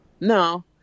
No